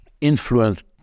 influenced